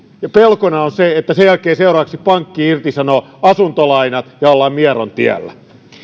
ja pelkona on se että sen jälkeen seuraavaksi pankki irtisanoo asuntolainat ja ollaan mieron tiellä